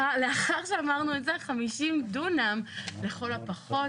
לאחר שאמרנו את זה, 50 דונם לכל הפחות,